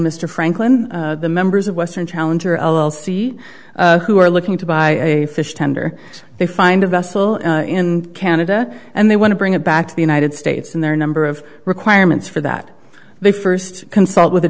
mr franklin the members of western challenger l l c who are looking to buy a fish tender they find a vessel in canada and they want to bring it back to the united states and there are number of requirements for that they first consult with